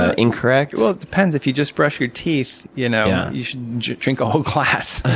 ah incorrect? well, it depends. if you just brushed your teeth, you know you should drink a whole glass.